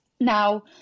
Now